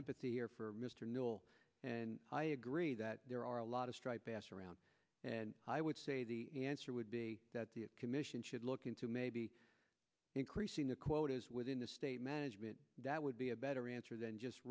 empathy or for mr newell and i agree that there are a lot of striped bass around and i would say the answer would be that the commission should look into maybe increasing the quotas within the state management that would be a better answer than just